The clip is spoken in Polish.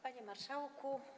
Panie Marszałku!